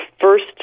first